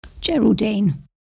Geraldine